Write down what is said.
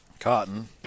cotton